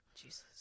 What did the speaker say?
Jesus